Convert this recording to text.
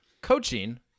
coaching